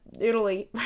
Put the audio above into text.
Italy